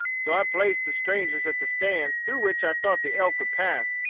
so i placed the strangers at the stands through which i thought the elk would pass,